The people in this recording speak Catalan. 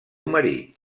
marit